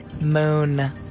Moon